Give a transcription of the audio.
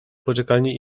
poczekalni